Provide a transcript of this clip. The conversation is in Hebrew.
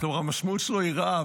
כלומר המשמעות שלו רעה,